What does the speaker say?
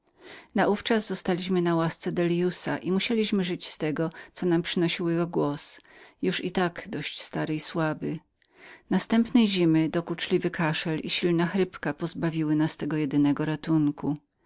światem naówczas zostaliśmy na łasce delliusza i musieliśmy żyć z tego co nam przynosił jego głos już i tak dość stary i bezdźwięczny następnej zimy dokuczliwy kaszel i słabość piersi pozbawiły nas tego jedynego ratunku